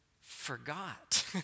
forgot